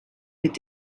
mit